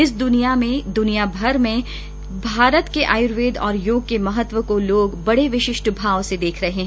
इस समय दुनिया भर में भारत के आयुर्वेद और योग के महत्व को भी लोग बड़े विशिष्ट भाव से देख रहे हैं